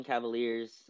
Cavaliers